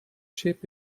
sheep